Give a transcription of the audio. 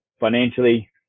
financially